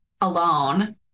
alone